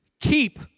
keep